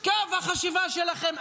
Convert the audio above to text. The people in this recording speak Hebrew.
קו החשיבה שלכם,